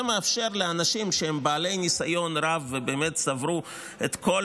זה מאפשר לאנשים שהם בעלי ניסיון רב ובאמת צברו את כל